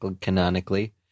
canonically